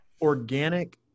organic